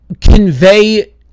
convey